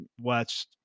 watched